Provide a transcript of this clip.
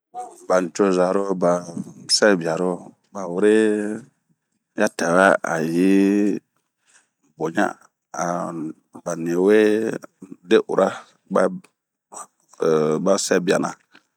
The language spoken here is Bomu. Banicɔza ro ba sɛbiaro, bawere yatawɛ ayi boɲa.baniwede ura ba sɛbiana